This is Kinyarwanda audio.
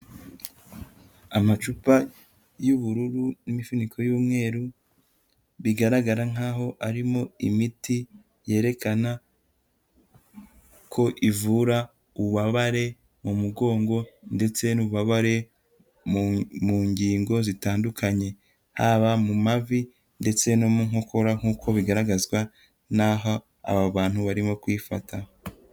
Amacupa y'ubururu n'imifuniko y'umweru bigaragara nkaho arimo imiti yerekana ko ivura ububabare mu mugongo ndetse n'ububabare mu ngingo zitandukanye, haba mu mavi ndetse no mu nkokora nk'uko bigaragazwa n'aho aba bantu barimo kwifata.